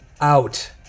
out